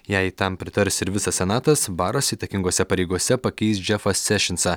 jei tam pritars ir visas senatas baras įtakingose pareigose pakeis džefą sešionsą